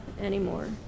anymore